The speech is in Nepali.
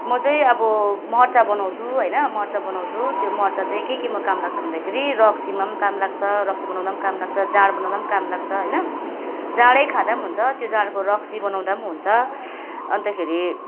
म चाहिँ अब मर्चा बनाउँछु होइन मर्चा बनाउँछु त्यो मर्चा चाहिँ के केमा काम लाग्छ भन्दाखेरि रक्सीमा पनि काम लाग्छ रक्सी बनाउँदा पनि काम लाग्छ जाँड बनाउँदा पनि काम लाग्छ होइन जाँडै खाँदा पनि हुन्छ त्यो जाँडको रक्सी बनाउँदा पनि हुन्छ अन्तखेरि